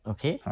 Okay